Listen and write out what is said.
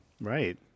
Right